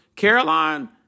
caroline